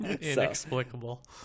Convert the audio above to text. Inexplicable